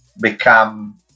become